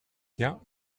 tiens